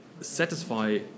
satisfy